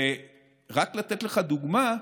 רק לתת לך דוגמה: